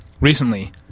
recently